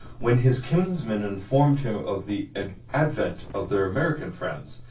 when his kinsman informed him of the advent of their american friends,